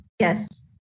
Yes